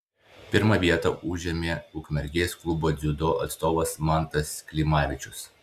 pirmą vietą užėmė ukmergės klubo dziudo atstovas mantas klimavičius